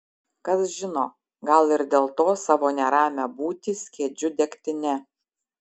kas žino gal ir dėl to savo neramią būtį skiedžiu degtine